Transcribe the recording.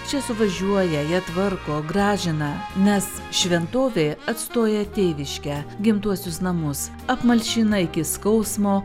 čia suvažiuoja jie tvarko gražina nes šventovė atstoja tėviškę gimtuosius namus apmalšina iki skausmo